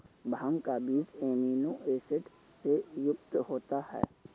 भांग का बीज amino acid से युक्त होता है